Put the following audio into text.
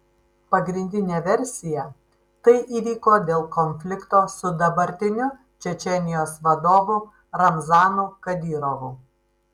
pagrindinė versija tai įvyko dėl konflikto su dabartiniu čečėnijos vadovu ramzanu kadyrovu